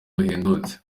buhendutse